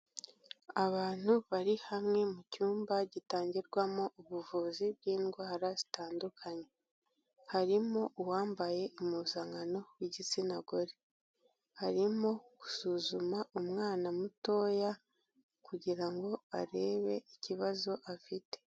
Abantu bari hamwe mu cyumba gitangirwamo ubuvuzi bw'indwara zitandukanye, harimo uwambaye impuzankano w'igitsina gore, arimo gusuzuma umwana mutoya kugira ngo arebe ikibazo afite.